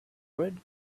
red